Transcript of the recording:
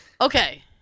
Okay